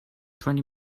twenty